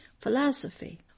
philosophy